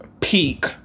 peak